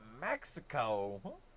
Mexico